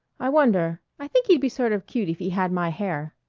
i wonder i think he'd be sort of cute if he had my hair.